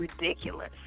ridiculous